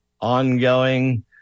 ongoing